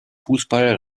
fußball